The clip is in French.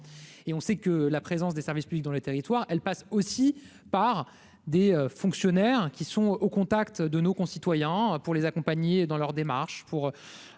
et on sait que la présence des services publics dans les territoires, elle passe aussi par des fonctionnaires qui sont au contact de nos concitoyens pour les accompagner dans leurs démarches